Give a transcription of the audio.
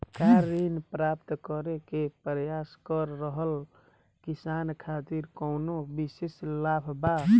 का ऋण प्राप्त करे के प्रयास कर रहल किसान खातिर कउनो विशेष लाभ बा?